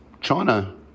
China